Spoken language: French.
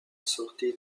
sortie